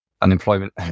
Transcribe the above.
unemployment